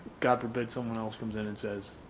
god forbid someone else comes in and says